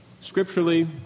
Scripturally